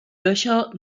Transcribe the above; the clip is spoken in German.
löcher